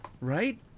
right